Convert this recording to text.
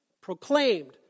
proclaimed